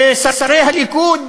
ששרי הליכוד,